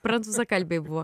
prancūzakalbiai buvo